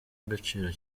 agaciro